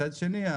מצד שני,